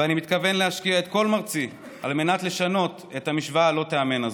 ואני מתכוון להשקיע את כל מרצי לשנות את המשוואה הלא-תיאמן הזאת.